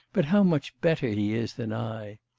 but how much better he is than i!